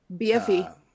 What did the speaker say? BFE